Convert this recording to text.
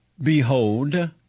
behold